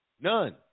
none